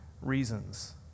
reasons